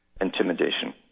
intimidation